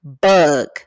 bug